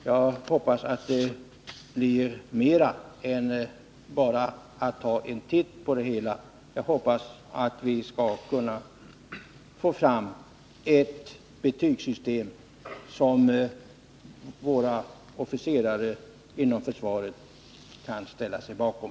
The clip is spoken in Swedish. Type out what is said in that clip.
Jag hoppas att det blir mera än att man bara tar en titt på det hela och att vi skall kunna få fram ett betygssystem som våra officerare inom försvaret kan ställa sig bakom.